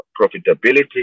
profitability